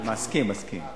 מסכים, מסכים.